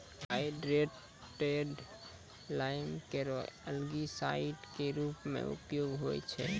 hydrated lime केरो algicide क रूप म उपयोग होय छै